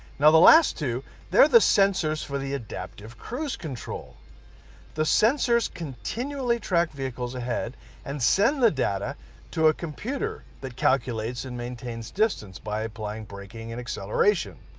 now the last two they're the sensors for the adaptive cruise control the sensors continually track vehicles ahead and send the data to a computer that calculates and maintains distance by applying braking and acceleration